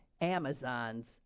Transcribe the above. Amazon's